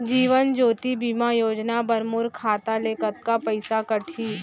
जीवन ज्योति बीमा योजना बर मोर खाता ले कतका पइसा कटही?